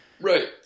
Right